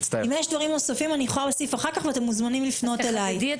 אם יש דברים נוספים אני יכולה להוסיף אחר כך ואתם מוזמנים לפנות אליי.